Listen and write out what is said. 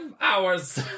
hours